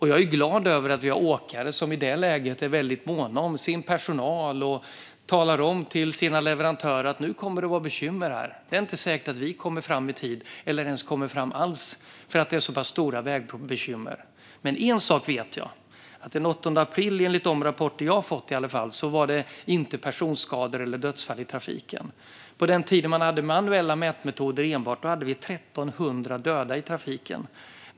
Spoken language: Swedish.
Jag är glad över att vi har åkare som i det läget är väldigt måna om sin personal och talar om för sina leverantörer att det kommer att bli bekymmer och att det inte är säkert att man kommer fram i tid eller ens kommer fram alls för att problemen på vägarna är så pass stora. En sak vet jag dock. Enligt de rapporter som jag har fått blev det i alla fall inga personskador eller dödsfall i trafiken den 8 april. På den tiden då det enbart fanns manuella mätmetoder hade vi 1 300 döda i trafiken.